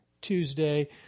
Tuesday